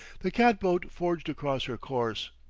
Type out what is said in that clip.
the cat-boat forged across her course.